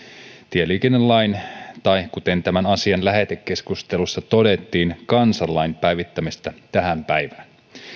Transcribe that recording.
tieliikennelain tai kuten tämän asian lähetekeskustelussa todettiin kansanlain päivittämisestä tähän päivään